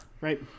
Right